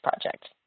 project